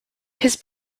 his